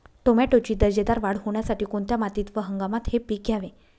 टोमॅटोची दर्जेदार वाढ होण्यासाठी कोणत्या मातीत व हंगामात हे पीक घ्यावे?